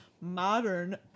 modern